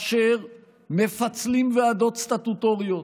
מפצלים ועדות סטטוטוריות,